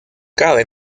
cabe